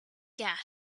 gas